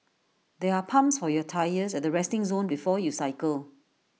there are pumps for your tyres at the resting zone before you cycle